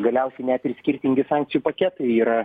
galiausiai net ir skirtingi sankcijų paketai yra